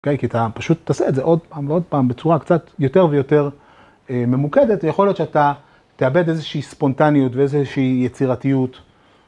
כי אתה פשוט תעשה את זה עוד פעם ועוד פעם בצורה קצת יותר ויותר ממוקדת, יכול להיות שאתה תאבד איזושהי ספונטניות ואיזושהי יצירתיות.